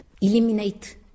eliminate